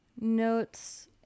notes